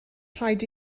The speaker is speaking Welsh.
rhaid